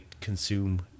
consume